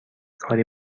کاری